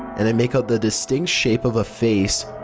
and i make out the distinct shape of a face.